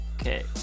Okay